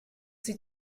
sie